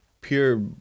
pure